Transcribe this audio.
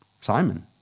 Simon